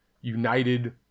united